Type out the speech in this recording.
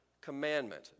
commandment